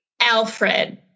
Alfred